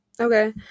Okay